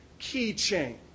keychain